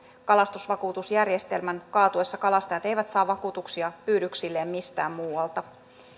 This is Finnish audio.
kalastusvakuutusjärjestelmän kaatuessa kalastajat eivät saa vakuutuksia pyydyksilleen mistään muualta